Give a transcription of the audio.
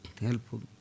helpful